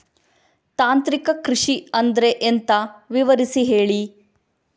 ತಾಂತ್ರಿಕ ಕೃಷಿ ಅಂದ್ರೆ ಎಂತ ವಿವರಿಸಿ ಹೇಳಿ